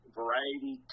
variety